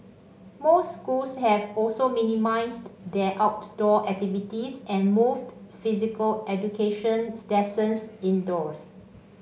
most schools have also minimised their outdoor activities and moved physical education's lessons indoors